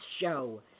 Show